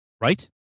Right